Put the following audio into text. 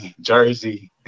Jersey